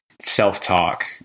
self-talk